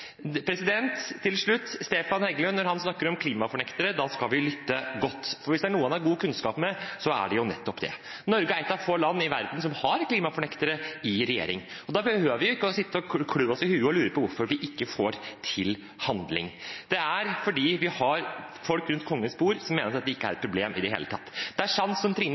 Stefan Heggelund snakker om klimafornektere, skal vi lytte godt, for hvis det er noe han har god kunnskap om, er det nettopp det. Norge er et av få land i verden som har klimafornektere i regjering. Og da behøver vi ikke sitte og klø oss i hodet og lure på hvorfor vi ikke får til handling – det er fordi vi har folk rundt Kongens bord som mener at dette ikke er et problem i det hele tatt. Det er sant som Trine